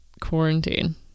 quarantine